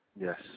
Yes